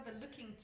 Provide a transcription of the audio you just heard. looking